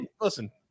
Listen